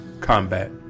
combat